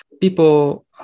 people